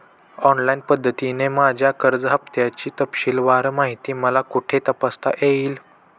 Online पद्धतीने माझ्या कर्ज हफ्त्याची तपशीलवार माहिती मला कुठे तपासता येईल?